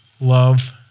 Love